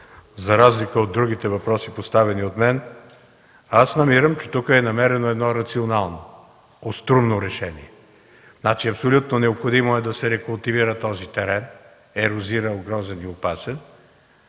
за разлика от другите въпроси, поставени от мен, намирам, че тук е намерено рационално, остроумно решение. Абсолютно необходимо е да се култивира този терен – ерозиран, грозен и опасен.